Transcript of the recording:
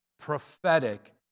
prophetic